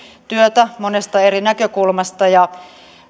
työtä monesta eri näkökulmasta ja